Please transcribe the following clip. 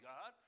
God